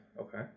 okay